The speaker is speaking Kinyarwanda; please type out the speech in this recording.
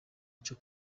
cyo